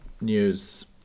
news